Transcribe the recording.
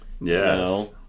Yes